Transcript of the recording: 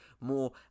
more